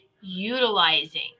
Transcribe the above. utilizing